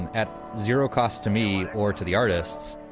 and at zero cost to me or to the artists,